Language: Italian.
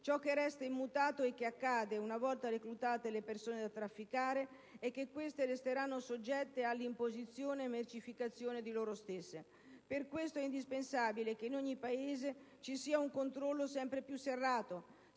Ciò che resta immutato, e che accade una volta reclutate le persone da trafficare, è che queste saranno soggette ad imposizione e mercificazione di loro stesse. Per questo è indispensabile che in ogni Paese ci sia un controllo sempre più serrato,